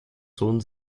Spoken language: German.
sohn